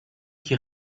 qui